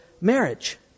marriage